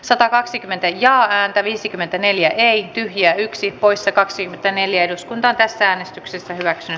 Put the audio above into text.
satakaksikymmentä ja ääntä viisikymmentäneljä ei tyhjiä yksi poissa kaksikymmentäneljä kuntaa tässä äänestyksessä hyväksy